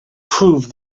prove